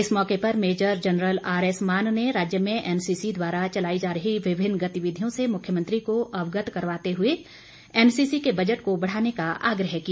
इस मौके पर major general R S Mann ने राज्य में एनसीसी द्वारा चलाई जा रही विभिन्न गतिविधियों से मुख्यमंत्री को अवगत करवाते हुए एनसीसी के बजट को बढ़ाने का आग्रह किया